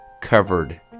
covered